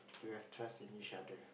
we have trust in each other